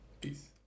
Peace